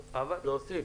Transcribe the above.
להוסיף.